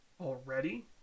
already